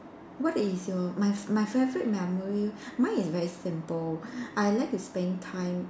what is your my my favorite memory mine is very simple I like to spend time